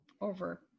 over